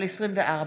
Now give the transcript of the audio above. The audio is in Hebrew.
פ/966/24.